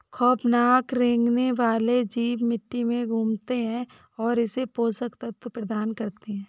खौफनाक रेंगने वाले जीव मिट्टी में घूमते है और इसे पोषक तत्व प्रदान करते है